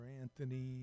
Anthony